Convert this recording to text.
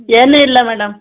ಏನು ಇಲ್ಲ ಮೇಡಮ್